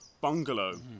bungalow